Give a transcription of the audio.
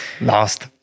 Lost